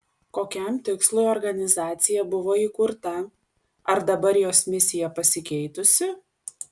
kokiam tikslui organizacija buvo įkurta ar dabar jos misija pasikeitusi